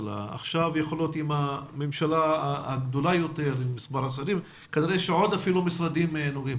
גם הממשלה הגדולה יותר עם מספר השרים וכנראה שעוד אפילו משרדים נוגעים